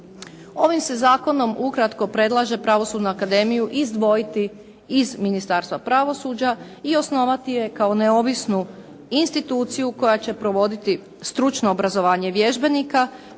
Ovim se zakonom ukratko predlaže Pravosudnu akademiju izdvojiti iz Ministarstva pravosuđa i osnovati je kao neovisnu instituciju koja će provoditi stručno obrazovanje vježbenika,